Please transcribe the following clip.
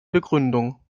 begründung